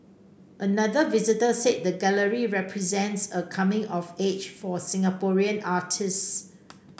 another visitor said the gallery represents a coming of age for Singaporean artists